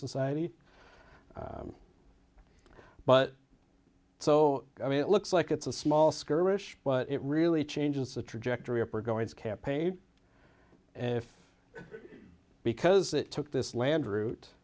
society but so i mean it looks like it's a small skirmish but it really changes the trajectory up we're going to campaign and if because it took this land